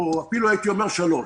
או אפילו הייתי אומר שלוש.